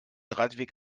radweg